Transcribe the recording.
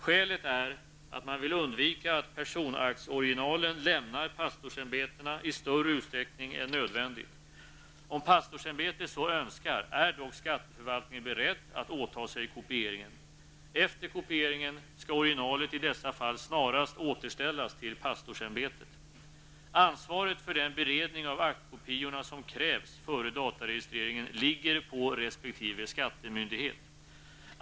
Skälet är att man vill undvika att personaktsoriginalen lämnar pastorsämbetena i större utsträckning än nödvändigt. Om pastorsämbetet så önskar är dock skatteförvaltningen beredd att åta sig kopieringen. Efter kopieringen skall originalet i dessa fall snarast återställas till pastorsämbetet. Ansvaret för den beredning av aktkopiorna som krävs före dataregistreringen ligger på resp. skattemyndighet.